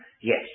yes